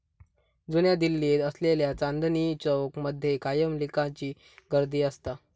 जुन्या दिल्लीत असलेल्या चांदनी चौक मध्ये कायम लिकांची गर्दी असता